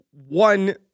one